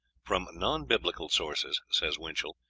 from non-biblical sources, says winchell,